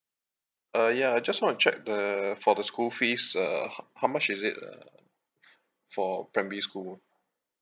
uh ya I just want to check the for the school fees uh ho~ how much is it uh for primary school